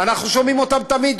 אנחנו שומעים אותם תמיד,